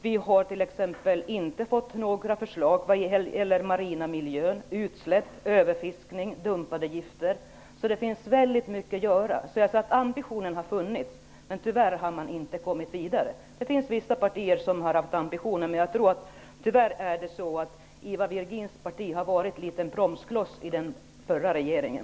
Det har inte kommit några förslag vad gäller den marina miljön, utsläpp, överfiskning och dumpade gifter. Det finns väldigt mycket att göra. Ambitionen har funnits, men tyvärr har man inte kommit vidare. Det finns vissa partier som har haft ambitionen, men tyvärr har Ivar Virgins parti varit något av en bromskloss i den förra regeringen.